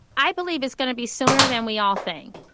i believe it's going to be sooner than we all think.